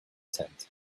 tent